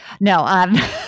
No